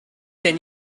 then